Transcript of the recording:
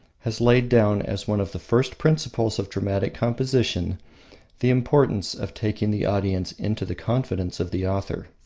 has laid down as one of the first principles of dramatic composition the importance of taking the audience into the confidence of the author.